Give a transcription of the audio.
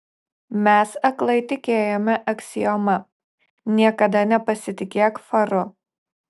mes aklai tikėjome aksioma niekada nepasitikėk faru